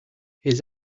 his